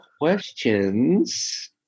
questions